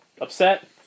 upset